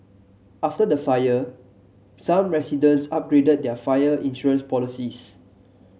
after the fire some residents upgraded their fire insurance policies